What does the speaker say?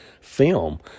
film